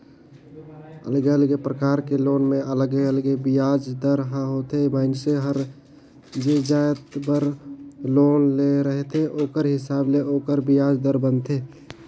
अलगे अलगे परकार के लोन में अलगे अलगे बियाज दर ह होथे, मइनसे हर जे जाएत बर लोन ले रहथे ओखर हिसाब ले ओखर बियाज दर बनथे